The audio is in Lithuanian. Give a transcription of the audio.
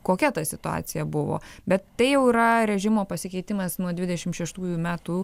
kokia ta situacija buvo bet tai jau yra režimo pasikeitimas nuo dvidešim šeštųjų metų